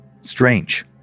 strange